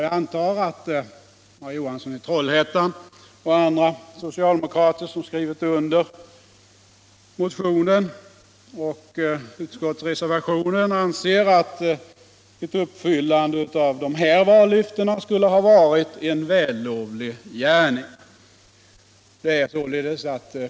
Jag antar att herr Johansson i Trollhättan och andra socialdemokrater som skrivit under motionen och utskottsreservationen anser att ett uppfyllande av dessa vallöften skulle ha varit en vällovlig gärning.